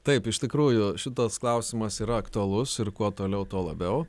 taip iš tikrųjų šitas klausimas yra aktualus ir kuo toliau tuo labiau